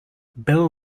bill